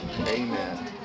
Amen